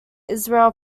israel